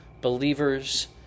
believers